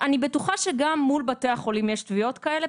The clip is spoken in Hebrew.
אני בטוחה שגם מול בתי החולים יש תביעות כאלה,